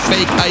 Fake